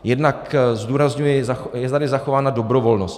Jednak zdůrazňuji, je tady zachována dobrovolnost.